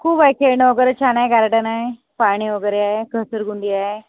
खूप आहे खेळणं वगैरे छान आहे गार्डन आहे पाणी वगैरे आहे घसरगुंडी आहे